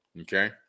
Okay